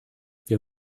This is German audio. wir